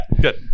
Good